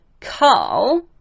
carl